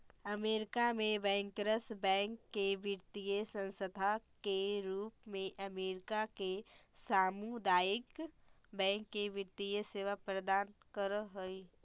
America में bankers bank एक वित्तीय संस्था के रूप में अमेरिका के सामुदायिक बैंक के वित्तीय सेवा प्रदान कर हइ